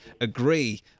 agree